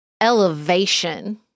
elevation